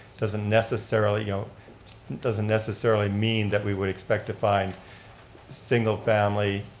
doesn't necessarily you know doesn't necessarily mean that we would expect to find single-family,